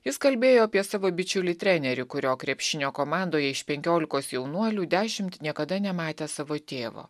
jis kalbėjo apie savo bičiulį trenerį kurio krepšinio komandoje iš penkiolikos jaunuolių dešimt niekada nematę savo tėvo